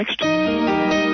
next